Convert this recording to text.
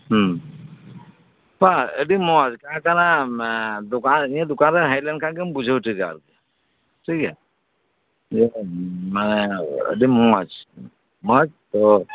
ᱟᱹᱰᱤ ᱢᱚᱸᱡᱽ ᱠᱟᱛᱷᱟ ᱦᱩᱭᱩᱜ ᱠᱟᱱᱟ ᱫᱚᱠᱟᱱ ᱱᱤᱭᱟᱹ ᱫᱚᱠᱟᱨᱮᱢ ᱦᱮᱡᱽ ᱞᱮᱱᱠᱷᱟᱱ ᱜᱮᱢ ᱵᱩᱡᱷᱟᱹ ᱴᱷᱤᱠᱟ ᱟᱨᱠᱤ ᱴᱷᱤᱠ ᱜᱮᱭᱟ ᱟᱹᱰᱤ ᱢᱚᱸᱡᱽ